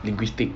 linguistic